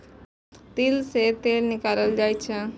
तिल सं तेल निकालल जाइ छै